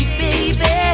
baby